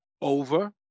over